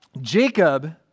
Jacob